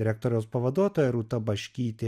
direktoriaus pavaduotoja rūta baškytė